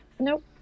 Nope